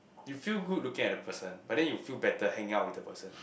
you feel good looking at the person but then you feel better hanging out with the person